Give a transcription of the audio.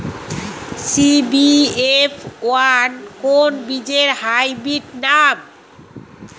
CBF one কোন বীজের hybrid নাম?